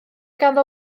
ganddo